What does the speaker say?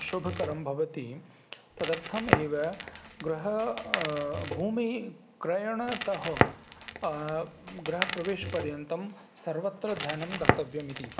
शुभकरं भवति तदर्थमेव गृह भूमिः क्रयणतः गृहप्रवेशपर्यन्तं सर्वत्र धनं दातव्यमिति